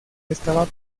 estaba